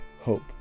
hope